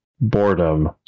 boredom